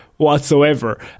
whatsoever